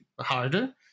harder